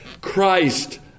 Christ